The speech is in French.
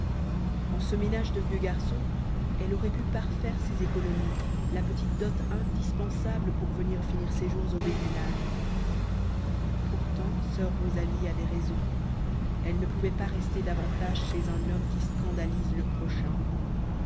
en ce ménage de vieux garçon elle aurait pu parfaire ses économies la petite dot indispensable pour venir finir ses jours au béguinage pourtant soeur rosalie avait raison elle ne pouvait pas rester davantage chez un homme qui scandalise le prochain